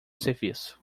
serviço